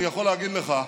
אני יכול להגיד לך,